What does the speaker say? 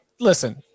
Listen